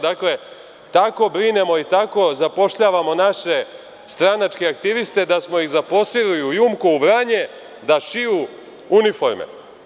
Dakle, tako brinemo i tako zapošljavamo naše stranačke aktiviste da smo ih zaposlili u „JUMKO“ Vranje, da šiju uniforme.